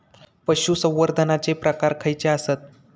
पशुसंवर्धनाचे प्रकार खयचे आसत?